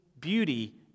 beauty